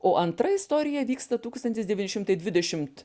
o antra istorija vyksta tūkstantis devyni šimtai dvidešimt